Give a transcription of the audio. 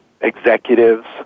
executives